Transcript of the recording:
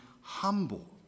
humble